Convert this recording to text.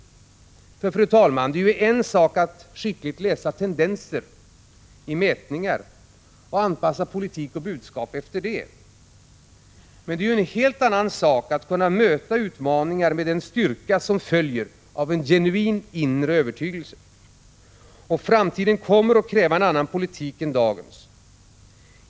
Fru talman! Det är en sak att skickligt läsa tendenser i mätningar och anpassa politik och budskap efter det. Men det är en helt annan sak att kunna möta utmaningar med den styrka som följer av en genuin inre övertygelse. Framtiden kommer att kräva en annan politik än dagens.